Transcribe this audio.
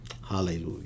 Hallelujah